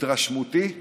התרשמותי היא,